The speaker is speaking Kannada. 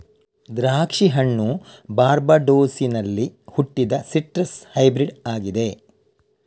ದ್ರಾಕ್ಷಿ ಹಣ್ಣು ಬಾರ್ಬಡೋಸಿನಲ್ಲಿ ಹುಟ್ಟಿದ ಸಿಟ್ರಸ್ ಹೈಬ್ರಿಡ್ ಆಗಿದೆ